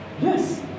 Yes